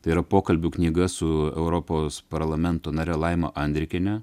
tai yra pokalbių knyga su europos parlamento nare laima andrikiene